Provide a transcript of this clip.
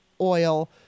oil